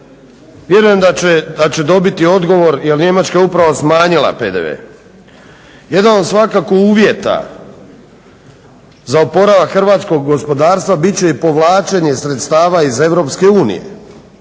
Vjerujem da će dobiti odgovor jer Njemačka je upravo smanjila PDV. Jedan od svakako uvjeta za oporavak hrvatskog gospodarstva bit će i povlačenje sredstava iz